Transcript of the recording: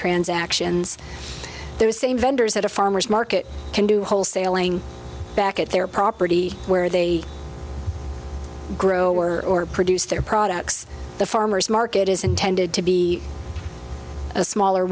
transactions their same vendors at a farmer's market can do wholesaling back at their property where they grow or produce their products the farmer's market is intended to be a smaller